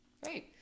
Great